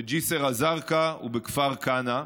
בג'יסר א-זרקא ובכפר כנא.